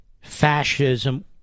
fascism